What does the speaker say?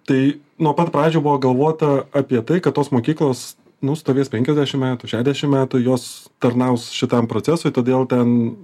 tai nuo pat pradžių buvo galvota apie tai kad tos mokyklos nu stovės penkiasdešim metų šedešim metų jos tarnaus šitam procesui todėl ten